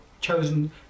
chosen